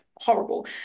Horrible